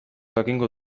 jakingo